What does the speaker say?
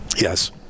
Yes